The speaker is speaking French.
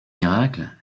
miracle